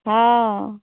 हँ